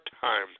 time